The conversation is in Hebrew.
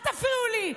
אל תפריעו לי.